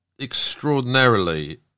extraordinarily